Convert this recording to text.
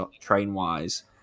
train-wise